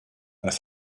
think